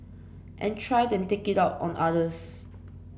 and try and take it out on others